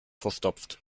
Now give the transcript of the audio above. verstopft